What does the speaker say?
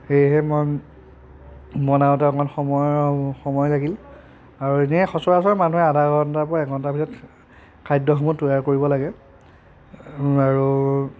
সেয়েহে মই বনাওঁতে অকণ সময়ৰ সময় লাগিল আৰু এনেই সচৰাচৰ মানুহে আধা ঘন্টাৰ পৰা এক ঘন্টাৰ ভিতৰত খাদ্যসমূহ তৈয়াৰ কৰিব লাগে আৰু